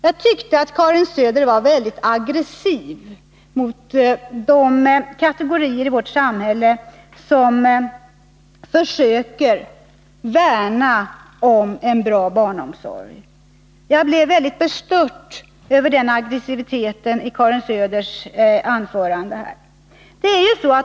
Jag tyckte att Karin Söder var mycket aggressiv mot de kategorier i vårt samhälle som försöker värna om en bra barnomsorg. Jag blev väldigt bestört över den aggressiviteten i Karin Söders anförande.